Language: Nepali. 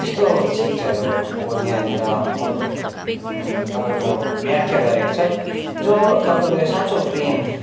यस्तो चिजहरूको त्यहाँनिर अवलोकन तपाईँको व्याख्या गरेको छ जो तपाईँको साचोँ प्रेम